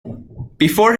before